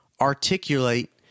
articulate